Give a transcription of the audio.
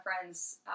friend's